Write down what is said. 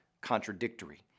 contradictory